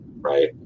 right